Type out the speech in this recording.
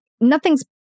nothing's